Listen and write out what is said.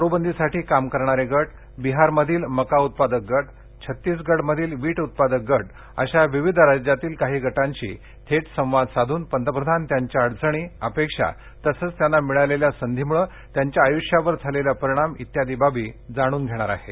दारूबंदीसाठी काम करणारे गट बिहार मधील मका उत्पादक गट छत्तीसगडमधील वीट उत्पादक गट अशा विविध राज्यातील काही गटांशी थेट संवाद साधून पंतप्रधान त्यांच्या अडचणी अपेक्षा तसेच त्यांना मिळालेल्या संधीमुळे त्यांच्या आयुष्यावर झालेला परिणाम इत्यादी बाबी जाणून घेणार आहेत